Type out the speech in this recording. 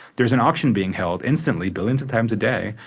there's an auction being held instantly, billions of times a day,